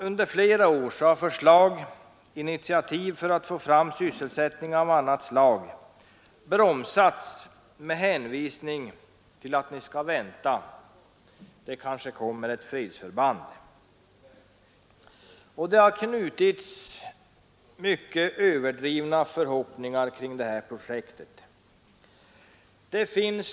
Under flera år har förslag till initiativ för att få fram sysselsättning av annat slag bromsats med hänvisning till att man skall vänta, det kanske kommer ett fredsförband till kommunen. Det har knutits överdrivna förhoppningar till det här projektet.